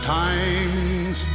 times